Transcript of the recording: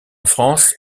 france